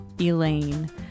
Elaine